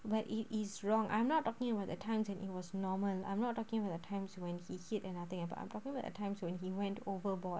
but it is wrong I'm not talking about the times when it was normal I'm not talking about the times when he hit and nothing happen I'm talking about at times when he went overboard